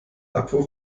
abwurf